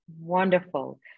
wonderful